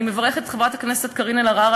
אני מברכת את חברת הכנסת קארין אלהרר